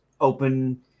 open